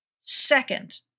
second